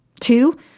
Two